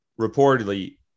reportedly